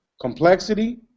complexity